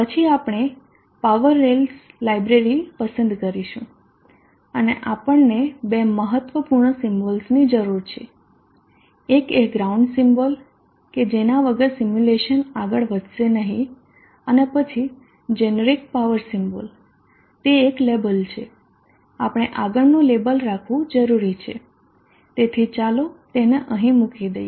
પછી આપણે power rails library પસંદ કરીશું અને આપણને બે મહત્વપૂર્ણ સિમ્બોલ્સની જરૂર છે એક એ ગ્રાઉન્ડ સિમ્બોલ કે જેના વગર સિમ્યુલેશન આગળ વધશે નહીં અને પછી જેનેરિક પાવર સિમ્બોલ તે એક લેબલ છે આપણે આગળનું લેબલ રાખવું જરૂરી છે તેથી ચાલો તેને અહીં મૂકી દઇએ